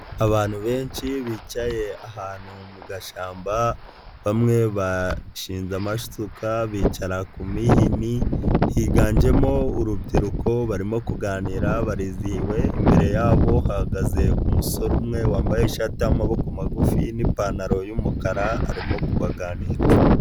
Abantu benshi bicaye ahantu mu gashyamba, bamwe bashinze amasuka bicara ku mihini, higanjemo urubyiruko barimo kuganira barizihiwe, imbere yabo hahagaze umusore umwe wambaye ishati y'amaboko magufi n'ipantaro yumukara, arimo kubaganiriza.